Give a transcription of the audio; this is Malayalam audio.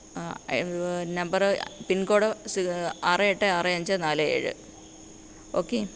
നമ്പർ പിന്കോഡ് സ് ആറ് എട്ട് ആറ് അഞ്ച് നാല് ഏഴ് ഓക്കെ